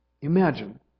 Imagine